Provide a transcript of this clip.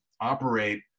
operate